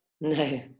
no